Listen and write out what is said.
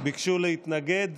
ביקשו להתנגד.